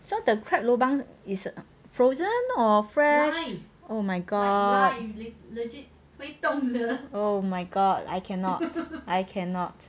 so the crab lobang is err frozen or fresh oh my god oh my god I cannot I cannot